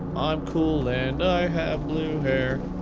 i'm cool and i have blue hair.